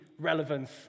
relevance